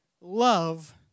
love